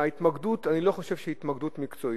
ההתמקדות, אני לא חושב שהיא התמקדות מקצועית.